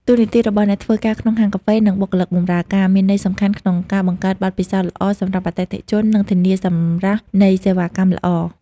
តួនាទីរបស់អ្នកធ្វើការក្នុងហាងកាហ្វេ និងបុគ្គលិកបម្រើការ មានន័យសំខាន់ក្នុងការបង្កើតបទពិសោធន៍ល្អសម្រាប់អតិថិជន និងធានាសម្រស់នៃសេវាកម្មល្អ។